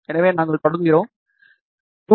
எனவே நாங்கள் தொடங்குகிறோம் 2